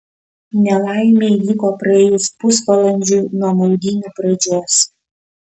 nelaimė įvyko praėjus pusvalandžiui nuo maudynių pradžios